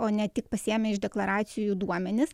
o ne tik pasiėmę iš deklaracijų duomenis